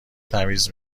تمیز